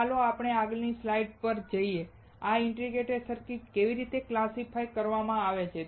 તો ચાલો આપણે આગળની સ્લાઈડ પર જઈએ આ ઇન્ટિગ્રેટેડ સર્કિટ કેવી રીતે ક્લાસિફાઇડ કરવામાં આવે છે